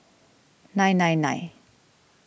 nine nine nine